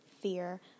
fear